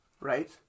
right